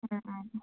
അ